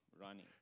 running